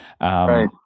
Right